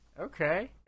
Okay